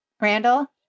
Randall